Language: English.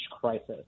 crisis